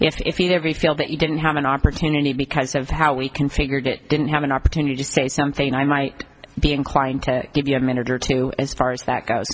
that if you every feel that you didn't have an opportunity because of how we configured it didn't have an opportunity to say something i might be inclined to give you a minute or two as far as that goes